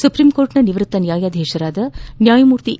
ಸುಪ್ರೀಂಕೋರ್ಟ್ನ ನಿವೃತ್ತ ನ್ಯಾಯಾಧೀಶರಾದ ನ್ಯಾಯಮೂರ್ತಿ ಎ